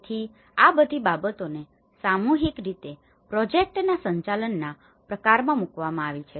તેથી આ બધી બાબતોને સામૂહિકરૂપે પ્રોજેક્ટના સંચાલનના પ્રકારમાં મૂકવામાં આવી છે